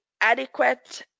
adequate